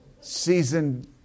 season